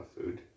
food